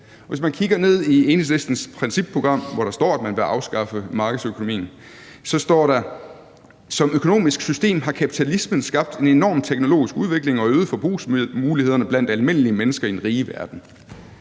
Hvis man kigger i Enhedslistens principprogram, hvor der står, at man vil afskaffe markedsøkonomien, så står der: »Som økonomisk system har kapitalismen skabt en enorm teknologisk udvikling og øget forbrugsmulighederne blandt almindelige mennesker i den rige verden«.